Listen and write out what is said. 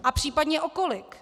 A případně o kolik?